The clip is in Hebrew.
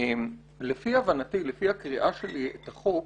לפי הבנתי, לפי הקריאה שלי את החוק,